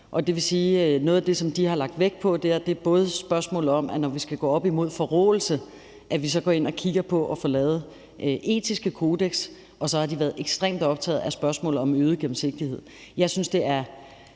Det vil sige, at noget af det, de har lagt vægt på der, både er spørgsmålet om, at når vi skal gå op imod forråelse, går vi ind og kigger på at få lavet etiske kodeks, og så har de været ekstremt optaget af spørgsmålet om øget gennemsigtighed. Altså, vi kan